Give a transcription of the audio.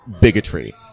bigotry